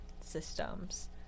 systems